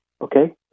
Okay